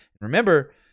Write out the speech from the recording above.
Remember